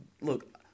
look